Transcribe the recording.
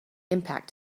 impact